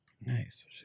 Nice